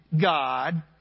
God